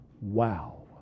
Wow